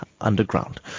underground